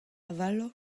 avaloù